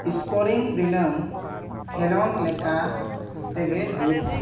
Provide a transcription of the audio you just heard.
scoring ᱫᱤᱱᱟᱹᱢ ᱠᱷᱮᱞᱳᱰ ᱞᱮᱠᱟ ᱛᱮᱜᱮ ᱦᱩᱭᱩᱜᱼᱟ